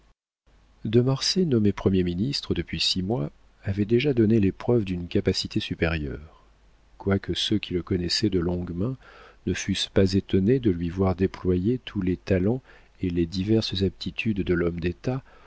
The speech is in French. de marsay nommé premier ministre depuis six mois avait déjà donné les preuves d'une capacité supérieure quoique ceux qui le connaissaient de longue main ne fussent pas étonnés de lui voir déployer tous les talents et les diverses aptitudes de l'homme d'état